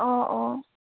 অঁ অঁ